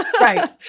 Right